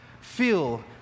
feel